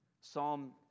Psalm